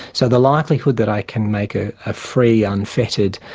so the likelihood that i can make a ah free, unfettered,